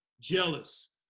jealous